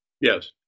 yes